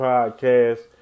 Podcast